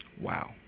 Wow